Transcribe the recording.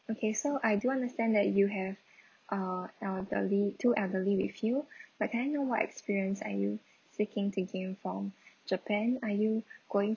okay so I do understand that you have uh elderly two elderly with you but can I know what experience are you seeking to gain from japan are you going